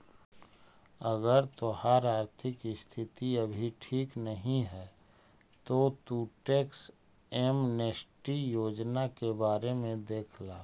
अगर तोहार आर्थिक स्थिति अभी ठीक नहीं है तो तु टैक्स एमनेस्टी योजना के बारे में देख ला